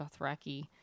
Dothraki